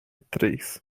três